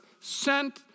sent